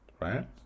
right